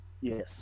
Yes